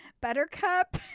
buttercup